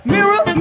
Mirror